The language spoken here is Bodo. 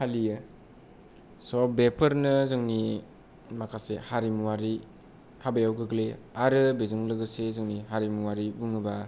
फालियो स' बेफोरनो जोंनि माखासे हारिमुवारि हाबायाव गोग्लैयो आरो बेजों लोगोसे जोंनि हारिमुवारि बुङोब्ला